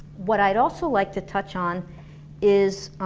what i'd also like to touch on is